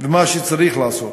ומה שצריך לעשות,